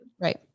Right